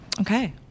Okay